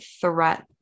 threat